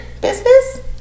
business